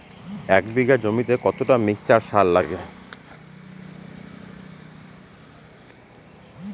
এক বিঘা জমিতে কতটা মিক্সচার সার লাগে?